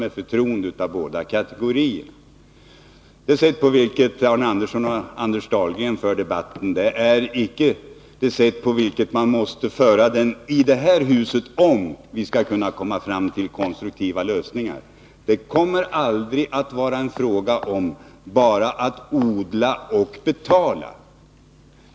Det sätt på vilket Arne Andersson och Anders Dahlgren för debatten är inte det sätt på vilket den måste föras i det här huset om vi skall kunna komma fram till konstruktiva lösningar. Det kommer aldrig att vara en fråga om bara att odla och betala.